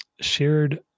shared